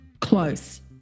Close